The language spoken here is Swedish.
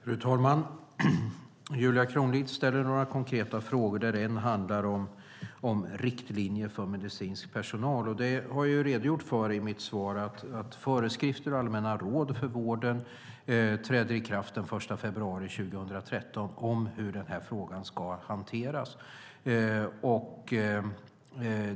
Fru talman! Julia Kronlid ställer några konkreta frågor där en handlar om riktlinjer för medicinsk personal. Jag har i mitt svar redogjort för att föreskrifter och allmänna råd för vården om hur denna fråga ska hanteras trädde i kraft den 1 februari.